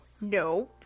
no